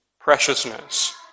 preciousness